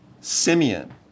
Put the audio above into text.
Simeon